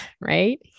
right